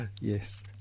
yes